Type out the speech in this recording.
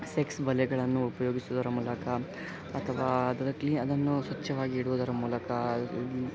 sex ಬಲೆಗಳನ್ನು ಉಪ್ಯೋಗಿಸುವುದರ ಮೂಲಕ ಅಥವಾ ಅದರ ಕ್ಲೀ ಅದನ್ನು ಸ್ವಚ್ಛವಾಗಿಡುವುದರ ಮೂಲಕ